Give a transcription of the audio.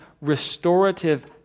restorative